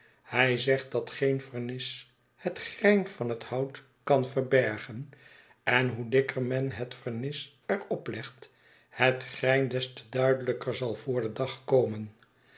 hij zegt dat geen vernis het grein van het hout kan verbergen en hoe dikker men het vernis er op legt het grein des te duidelijker zal voor den dag komen